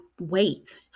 wait